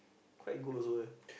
quite good also eh